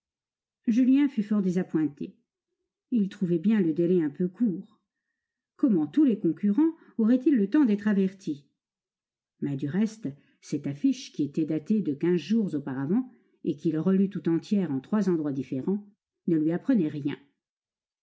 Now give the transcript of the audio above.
julien fut fort désappointé il trouvait bien le délai un peu court comment tous les concurrents auraient-ils le temps d'être avertis mais du reste cette affiche qui était datée de quinze jours auparavant et qu'il relut tout entière en trois endroits différents ne lui apprenait rien